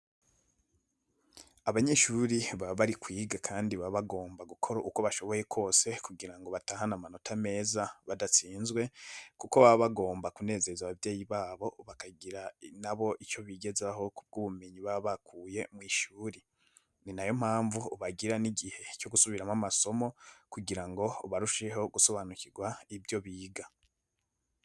Abanyeshuri baba bari kwiga kandi baba bagomba gukora uko bashoboye kose kugira ngo batahane amanota meza badatsinzwe, kuko baba bagomba kunezeza ababyeyi na bo bakagira icyo bigezaho ku bw'ubumenyi baba bakuye mu ishuri. Ni na yo mpamvu bagira n'igihe cyo gusubiramo amasomo kugira ngo barusheho gusobanukirwa ibyo biga.